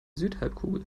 südhalbkugel